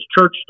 church